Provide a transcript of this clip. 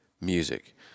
music